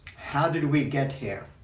how did we get here?